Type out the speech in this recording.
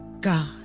God